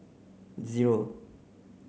zero